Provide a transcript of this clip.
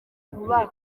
vubaha